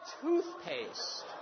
Toothpaste